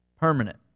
permanent